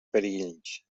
perills